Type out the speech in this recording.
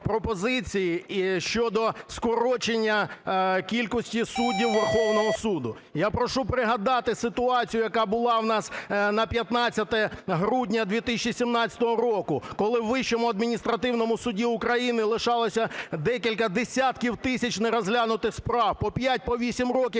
пропозиції щодо скорочення кількості суддів Верховного Суду. Я прошу пригадати ситуацію, яка була в нас на 15 грудня 2017 року, коли в Вищому адміністративному суді України лишалися декілька десятків тисяч нерозглянутих справ, по 5, по 8 років